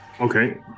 Okay